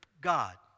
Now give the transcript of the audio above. God